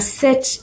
set